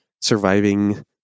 surviving